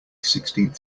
sixteenth